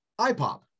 ipop